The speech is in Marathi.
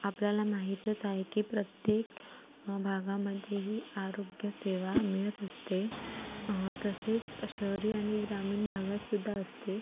आपल्याला माहितच आहे की प्रत्येक भागामध्ये ही आरोग्यसेवा मिळत असते तसेच शहरी आणि ग्रामीण भागात सुद्धा असते